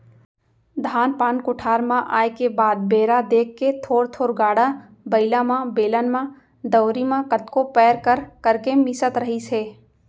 धान पान कोठार म आए के बाद बेरा देख के थोर थोर गाड़ा बइला म, बेलन म, दउंरी म कतको पैर कर करके मिसत रहिस हे